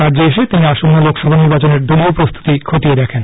রাজ্যে এসে তিনি আসন্ন লোকসভা নির্বাচনের দলীয় প্রস্তুতি খতিয়ে দেখেন